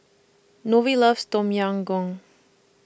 loves Tom Yam Goong